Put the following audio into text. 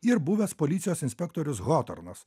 ir buvęs policijos inspektorius hotornas